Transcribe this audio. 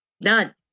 None